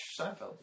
Seinfeld